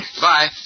Bye